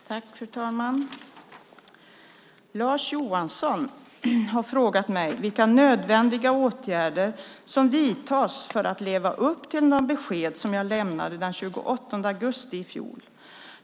Fru talman! Lars Johansson har frågat mig vilka nödvändiga åtgärder som vidtas för att leva upp till de besked som jag lämnade den 28 augusti i fjol.